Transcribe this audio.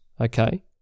okay